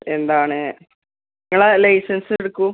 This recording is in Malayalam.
എന്താണ് നിങ്ങളുടെ ലൈസൻസ് എടുക്കു